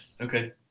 Okay